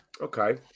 Okay